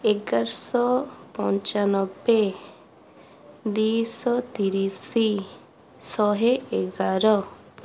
ଏଗାରଶହ ପଞ୍ଚାନବେ ଦୁଇଶହ ତିରିଶ ଶହେ ଏଗାର